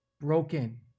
broken